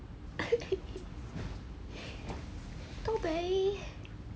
too bad